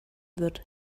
wird